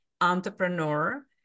entrepreneur